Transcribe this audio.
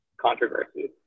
controversies